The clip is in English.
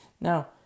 Now